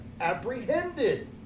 apprehended